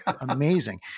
amazing